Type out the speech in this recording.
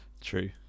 true